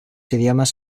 idiomas